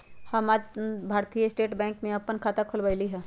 हम आज भारतीय स्टेट बैंक में अप्पन खाता खोलबईली ह